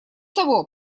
того